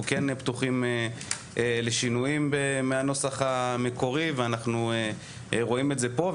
אנחנו כן פתוחים לשינויים מהנוסח המקורי ואנחנו רואים את זה פה,